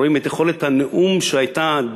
רואים את יכולת הנאום, שהייתה,